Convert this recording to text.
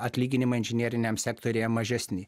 atlyginimai inžineriniam sektoriuje mažesni